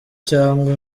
cyangwa